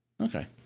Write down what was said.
Okay